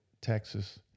Texas